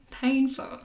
painful